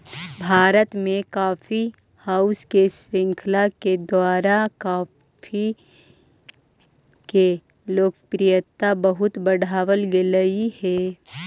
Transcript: भारत में coffee house के श्रृंखला के द्वारा कॉफी के लोकप्रियता बहुत बढ़बल गेलई हे